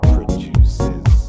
Produces